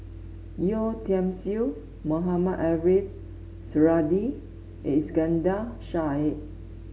Yeo Tiam Siew Mohamed Ariff Suradi Iskandar Shah